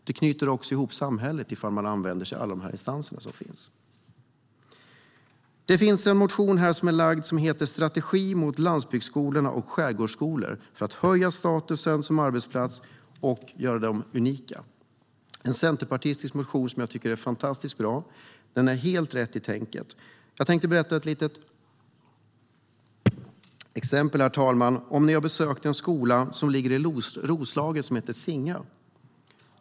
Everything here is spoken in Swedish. Det knyter också ihop samhället, ifall man använder sig av alla de instanser som finns. Det finns en motion om strategi för landsbygds och skärgårdsskolor, för att höja statusen som arbetsplats och göra dem unika. Det är en centerpartistisk motion som jag tycker är fantastiskt bra. Den är helt rätt i tänket. Jag tänkte ta ett litet exempel. Jag vet inte om ni har besökt en skola som ligger i Roslagen som heter Singö skola.